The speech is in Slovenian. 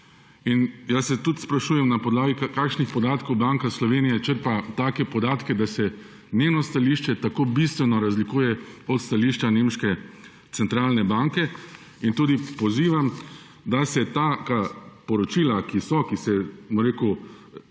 In jaz se tudi sprašujem, na podlagi kakšnih podatkov Banka Slovenije črpa take podatke, da se njeno stališče tako bistveno razlikuje od stališča Nemške centralne banke. In tudi pozivam, da se taka poročila, ki se izvajajo